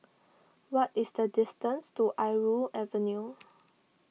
what is the distance to Irau Avenue